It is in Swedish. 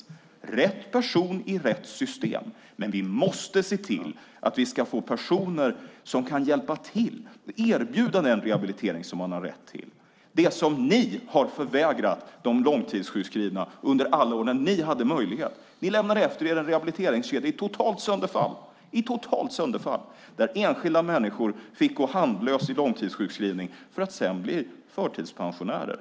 Det ska vara rätt person i rätt system, men vi måste se till att få personer som kan hjälpa till och erbjuda den rehabilitering som man har rätt till, det som ni har förvägrat de långtidssjukskrivna under alla år när ni hade möjlighet. Ni lämnade efter er en rehabiliteringskedja i totalt sönderfall. Enskilda människor fick gå in i långtidssjukskrivning för att sedan bli förtidspensionärer.